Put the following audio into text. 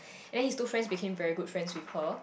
and then his two friends became very good friends with her